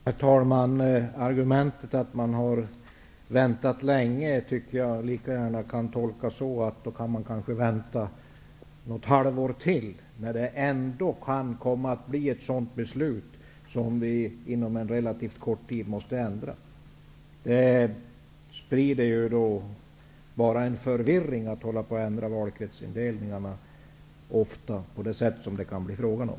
Herr talman! Argumentet att man har väntat länge tycker jag lika gärna kan tolkas som att man då kanske kan vänta något halvår till, eftersom det ändå kan komma att bli ett sådant beslut som vi inom en relativ kort tid måste ändra. Det sprider bara en förvirring att hålla på att ändra valkretsindelningar ofta på det sätt som det kan bli fråga om.